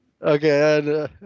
okay